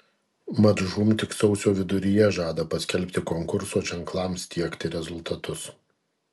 mat žūm tik sausio viduryje žada paskelbti konkurso ženklams tiekti rezultatus